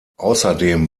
außerdem